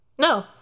no